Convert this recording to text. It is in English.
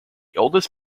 oldest